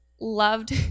loved